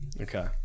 Okay